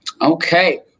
Okay